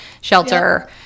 shelter